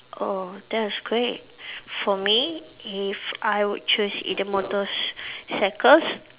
oh that is great for me if I would choose either motorcycles